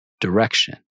direction